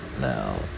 now